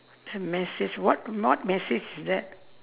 a message what what message is that